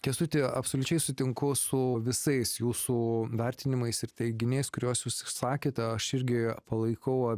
kęstuti absoliučiai sutinku su visais jūsų vertinimais ir teiginiais kuriuos jūs išsakėte aš irgi palaikau